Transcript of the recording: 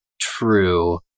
true